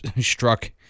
struck